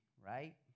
right